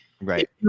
Right